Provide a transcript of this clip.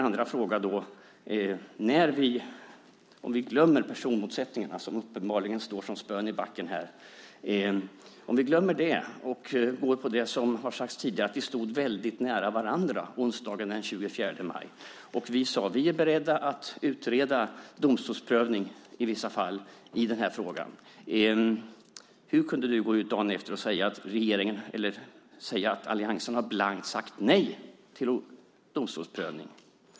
Låt oss glömma de personmotsättningar som uppenbarligen står som spön i backen. Som det har sagts tidigare stod vi väldigt nära varandra onsdagen den 24 maj. Vi sade att vi är beredda att utreda domstolsprövning i vissa fall. Hur kunde du dagen efter gå ut och säga att alliansen hade sagt blankt nej till domstolsprövning?